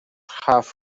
half